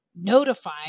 notify